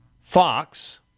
Fox